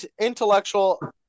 intellectual